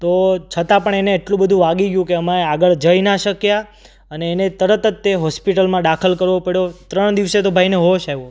તો છતાં પણ એને એટલું બધું વાગી ગયું કે અમે આગળ જઈ ના શક્યાં અને એને તરત જ તે હોસ્પિટલમાં દાખલ કરવો પડ્યો ત્રણ દિવસે તો ભાઈને હોશ આવ્યો